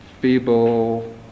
feeble